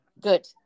Good